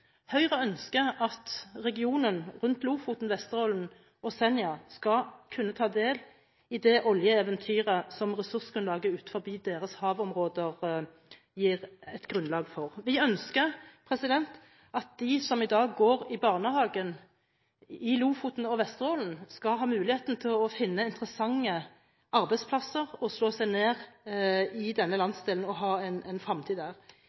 Høyre ønsker at regionen rundt Lofoten, Vesterålen og Senja skal kunne ta del i det oljeeventyret som ressursene i deres havområder gir grunnlag for. Vi ønsker at de som i dag går i barnehagen i Lofoten og Vesterålen, skal ha mulighet til å finne interessante arbeidsplasser og slå seg ned i denne landsdelen og ha en fremtid der.